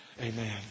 Amen